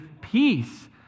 peace